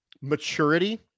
maturity